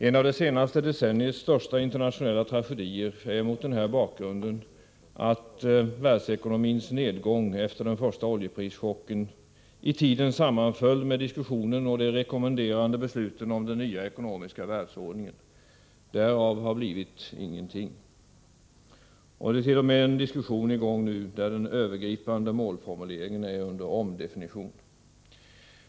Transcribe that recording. En av de senaste decenniernas största internationella tragedier är mot den bakgrunden att världsekonomins nedgång efter den första oljeprischocken i tiden sammanföll med diskussionen och de rekommenderande besluten om den nya ekonomiska världsordningen. Därav har blivit ingenting. Det är t.o.m. en diskussion i gång, där den övergripande målformuleringen är under omdefinition.